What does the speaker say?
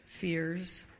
fears